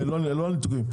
לא על ניתוקים,